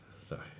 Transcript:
Sorry